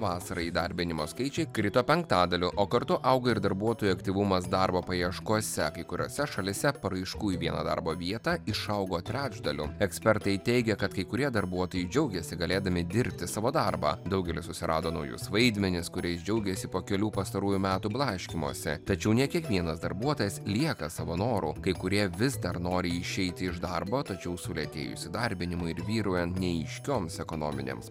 vasarą įdarbinimo skaičiai krito penktadaliu o kartu auga ir darbuotojų aktyvumas darbo paieškose kai kuriose šalyse paraiškų į vieną darbo vietą išaugo trečdaliu ekspertai teigia kad kai kurie darbuotojai džiaugiasi galėdami dirbti savo darbą daugelis susirado naujus vaidmenis kuriais džiaugėsi po kelių pastarųjų metų blaškymosi tačiau ne kiekvienas darbuotojas lieka savo noru kai kurie vis dar nori išeiti iš darbo tačiau sulėtėjus įdarbinimui ir vyraujant neaiškioms ekonominėms